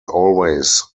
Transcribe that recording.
always